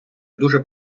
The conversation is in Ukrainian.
дуже